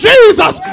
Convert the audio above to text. Jesus